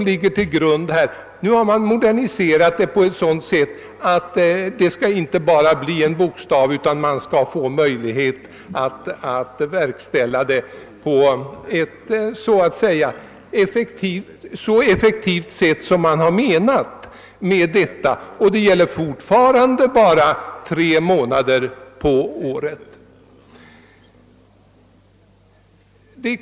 Lagförslaget har moderniserats på sådant sätt, att lagen inte bara skall bli några bokstäver på papperet utan att det skall bli möjligt att effektivt verkställa en exekution i lön. Fortfarande gäller dock begränsningen till tre månader om året.